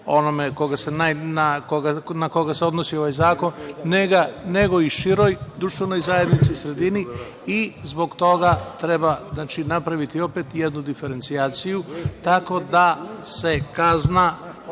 onome na koga se odnosi ovaj zakon, nego i široj društvenoj zajednici, sredini i zbog toga treba napraviti opet jednu diferencijaciju tako da se kazna